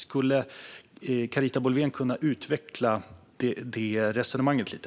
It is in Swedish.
Skulle Carita Boulwén kunna utveckla det resonemanget lite?